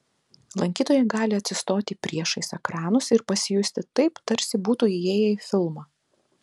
lankytojai gali atsistoti priešais ekranus ir pasijusti taip tarsi būtų įėję į filmą